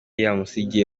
yamusigiye